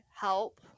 help